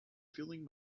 feeling